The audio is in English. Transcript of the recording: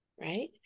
Right